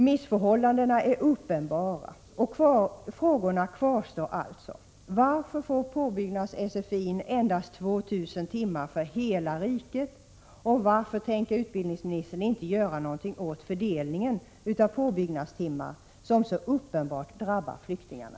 Missförhållandena är uppenbara, och frågorna kvarstår alltså: Varför får påbyggnads-SFI endast 2 000 timmar för hela riket? Varför tänker inte utbildningsministern göra något åt fördelningen av påbyggnadstimmarna, som så uppenbart drabbar flyktingarna?